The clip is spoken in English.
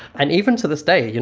and even to this day, yeah